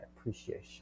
appreciation